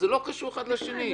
זה לא קשור אחד לשני.